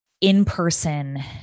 in-person